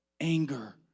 anger